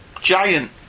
giant